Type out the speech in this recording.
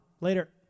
Later